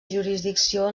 jurisdicció